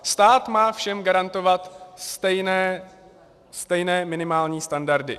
Stát má všem garantovat stejné minimální standardy.